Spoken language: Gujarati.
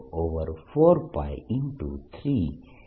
r r mr3 છે